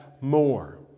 more